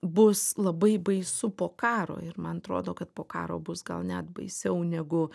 bus labai baisu po karo ir man atrodo kad po karo bus gal net baisiau negu